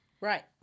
Right